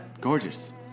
Gorgeous